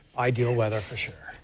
ideal weather for sure.